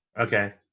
Okay